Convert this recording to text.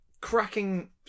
Cracking